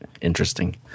Interesting